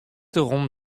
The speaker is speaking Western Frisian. derom